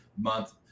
month